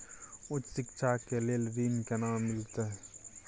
उच्च शिक्षा के लेल ऋण केना मिलते?